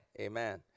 Amen